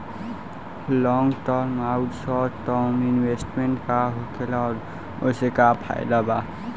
Long term आउर short term investment का होखेला और ओसे का फायदा बा?